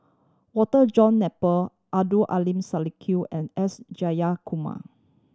Walter John Napier Abdul Aleem and S Jayakumar